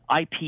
IP